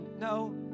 No